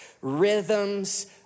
rhythms